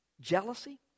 Jealousy